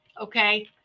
Okay